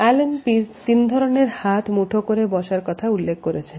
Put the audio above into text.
Allen Pease তিন ধরনের হাত মুঠো করে বসার কথা উল্লেখ করেছেন